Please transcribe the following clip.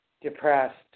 depressed